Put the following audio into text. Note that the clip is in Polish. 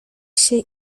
się